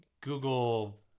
Google